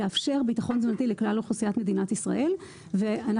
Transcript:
יאפשר ביטחון תזונתי לכלל אוכלוסיית מדינת ישראל ואנחנו